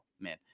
man